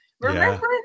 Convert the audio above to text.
remember